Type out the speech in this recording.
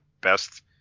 best